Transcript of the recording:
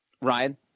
Ryan